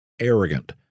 arrogant